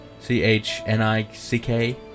C-H-N-I-C-K